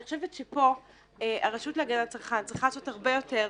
אני חושבת שפה הרשות להגנת הצרכן צריכה לעשות הרבה יותר.